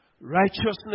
righteousness